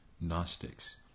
Gnostics